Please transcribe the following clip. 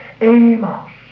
Amos